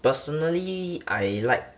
personally I like